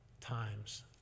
times